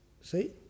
See